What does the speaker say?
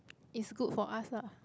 it's good for us lah